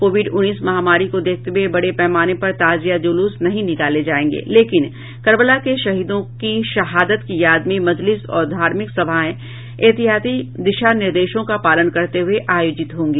Covid उन्नीस महामारी को देखते हुए बड़े पैमाने पर ताजिया ज़ुलूस नहीं निकाले जाएंगे लेकिन कर्बला के शहीदों की शहादत की याद में मजलिस और धार्मिक सभाएं एहतियाती दिशा निर्देशों का पालन करते हुए आयोजित होंगी